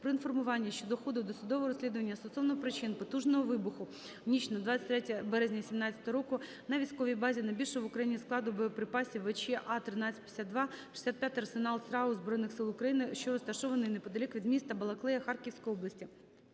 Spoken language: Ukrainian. про інформування щодо ходу досудового розслідування стосовно причин потужного вибуху в ніч на 23 березня 2017 року на військовій базі, найбільшого в Україні складу боєприпасів (в/ч А 1352, 65 арсенал ЦРАУ Збройний сил України), що розташований неподалік від міста Балаклея Харківської області.